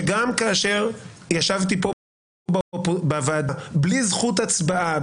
שגם כאשר ישבתי פה בוועדה בלי זכות הצבעה,